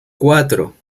cuatro